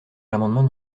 l’amendement